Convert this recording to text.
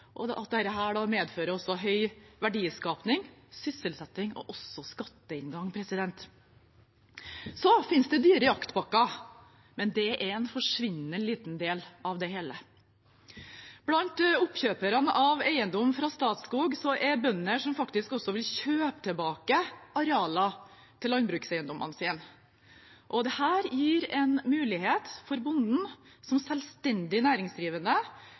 medfører også høy verdiskaping, sysselsetting og også skatteinngang. Så finnes det dyre jaktpakker, men det er en forsvinnende liten del av det hele. Blant oppkjøperne av eiendom fra Statskog er det bønder som faktisk også vil kjøpe tilbake arealer til landbrukseiendommene sine. Dette gir en mulighet for bonden som selvstendig næringsdrivende